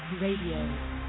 Radio